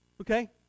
okay